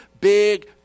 big